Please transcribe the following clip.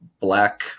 black